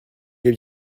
j’ai